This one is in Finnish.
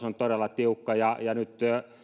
on todella tiukka nyt